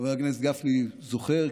חבר הכנסת גפני זוכר,